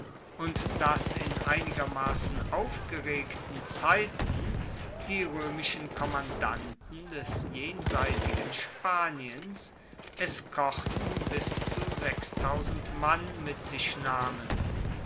und dass in einigermassen aufgeregten zeiten die roemischen kommandanten des jenseitigen spaniens eskorten bis zu mann mit sich nahmen